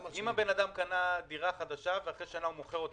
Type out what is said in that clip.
אם אדם קנה דירה חדשה ואחרי שנה הוא מוכר אותה,